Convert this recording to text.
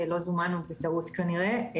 לא זומנו בטעות כנראה.